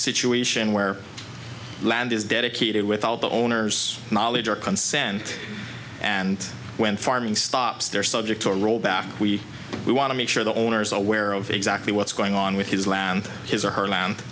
situation where land is dedicated with all the owners knowledge or consent and when farming stops they're subject to a rollback we we want to make sure the owners aware of exactly what's going on with his land his or her land